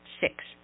Six